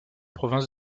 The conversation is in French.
province